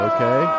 Okay